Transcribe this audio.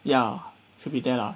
ya should be there lah